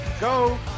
go